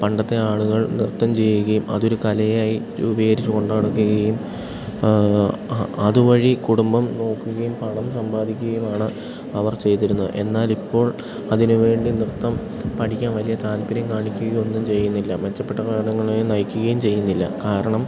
പണ്ടത്തെ ആളുകൾ നൃത്തം ചെയ്യുകയും അതൊരു കലയായി രൂപീകരിച്ച് കൊണ്ടു നടക്കുകയും അതു വഴി കുടുംബം നോക്കുകയും പണം സമ്പാദിക്കുകയുമാണ് അവർ ചെയ്തിരുന്നത് എന്നാൽ ഇപ്പോൾ അതിനു വേണ്ടി നൃത്തം പഠിക്കാൻ വലിയ താല്പര്യം കാണിക്കുകയൊന്നും ചെയ്യുന്നില്ല മെച്ചപ്പെട്ട പഠനങ്ങളെയും നയിക്കുകയും ചെയ്യുന്നില്ല കാരണം